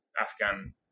Afghan